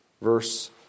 Verse